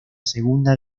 segunda